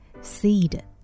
Seed